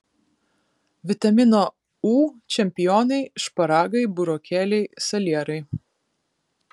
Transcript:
vitamino u čempionai šparagai burokėliai salierai